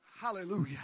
Hallelujah